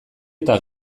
eta